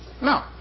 No